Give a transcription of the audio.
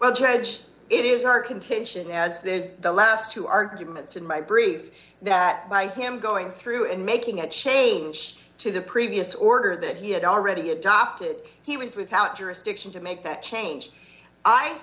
well judge it is our contention as is the last two arguments in my brief that by him going through and making a change to the previous order that he had already adopted he was without jurisdiction to make that change i